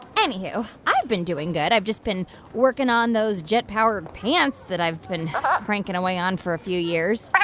anywho, i've been doing good. i've just been working on those jet-powered pants that i've been cranking away on for a few years.